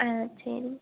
ஆ சரிங்க